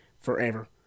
forever